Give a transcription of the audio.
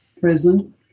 prison